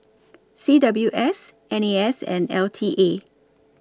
C W S N A S and L T A